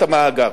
את המאגר.